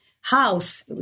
House